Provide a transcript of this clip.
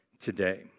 today